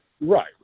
Right